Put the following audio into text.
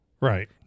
Right